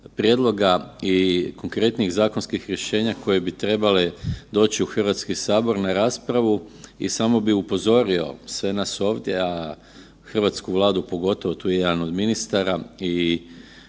prijedloga i konkretnih zakonskih rješenja koji bi trebali doći u HS na raspravu i samo bih upozorio sve nas ovdje, a hrvatsku Vladu pogotovo, tu je jedan od ministara i